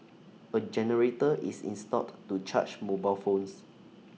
A generator is installed to charge mobile phones